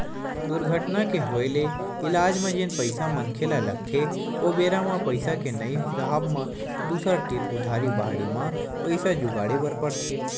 दुरघटना के होय ले इलाज म जेन पइसा मनखे ल लगथे ओ बेरा म पइसा के नइ राहब म दूसर तीर उधारी बाड़ही म पइसा जुगाड़े बर परथे